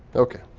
ok,